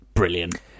Brilliant